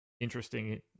interesting